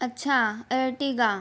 अच्छा अर्टिगा